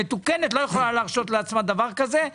מתוקנת לא יכולה להרשות לעצמה דבר כזה.